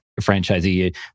franchisee